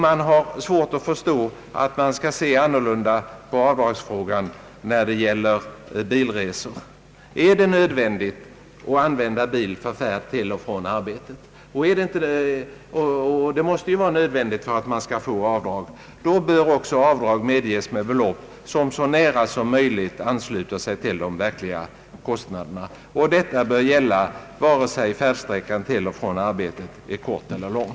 Det är svårt att förstå att man skall se annorlunda på avdragsfrågan när det gäller bilresor. Är det nödvändigt att använda bil för färd till och från arbetet — det måste det vara för att man över huvud taget skall få avdrag för bilkostnader — då bör också avdrag medges med belopp som så nära som möjligt ansluter sig till de verkliga kostnaderna. Detta bör gälla vare sig färdsträckan till och från arbetet är kort eller lång.